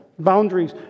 Boundaries